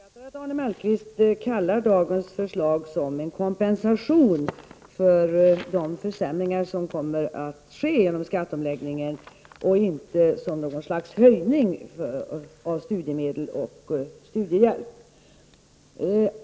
Herr talman! Jag uppskattar att Arne Mellqvist kallar dagens förslag för en kompensation för de försämringar som kommer att ske genom skatteomläggningen och inte för en höjning av studiemedel och studiehjälp.